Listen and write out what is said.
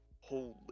holy